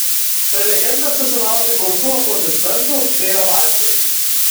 prelegentas susilaukė gausių aplodismentų bei ovacijų